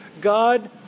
God